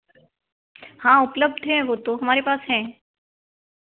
हाँ उपलब्ध हैं वह तो हमारे पास हैं